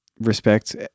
respect